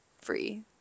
free